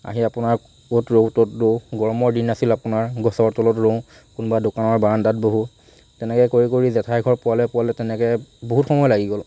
আহি আপোনাৰ অ'ত ৰওঁ ত'ত ৰওঁ গৰমৰ দিন আছিল আপোনাৰ গছৰ তলত ৰওঁ কোনোবা দোকানৰ বাৰান্দাত বহোঁ তেনেকৈ কৰি কৰি জেঠাইৰ ঘৰ পোৱালৈ পোৱালৈ তেনেকৈ বহুত সময় লাগি গ'ল